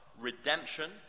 redemption